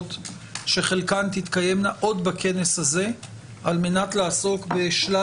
ישיבות שחלקן תתקיימנה עוד בכנס הזה על מנת לעסוק בשלל